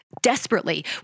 desperately